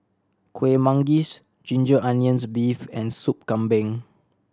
Kueh Manggis ginger onions beef and Sop Kambing